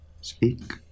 Speak